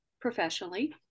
professionally